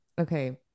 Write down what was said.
okay